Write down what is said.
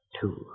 Two